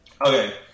okay